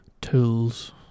tools